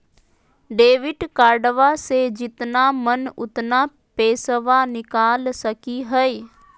Debit कार्डबा से जितना मन उतना पेसबा निकाल सकी हय?